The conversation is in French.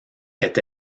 est